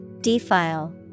Defile